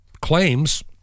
claims